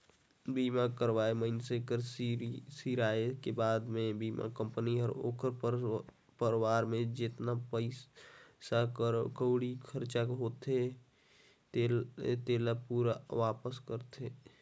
बीमा करवाल मइनसे के सिराय के बाद मे बीमा कंपनी हर ओखर परवार के जेतना पइसा कउड़ी के खरचा होये रथे तेला पूरा वापस करथे